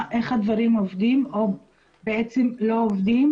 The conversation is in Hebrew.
איך הדברים עובדים או בעצם לא עובדים.